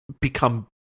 become